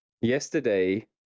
yesterday